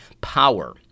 power